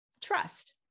trust